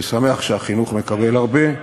אני שמח שהחינוך מקבל הרבה,